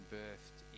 birthed